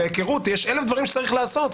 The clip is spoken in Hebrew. להיכרות יש אלף דברים שצריך לעשות.